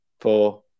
four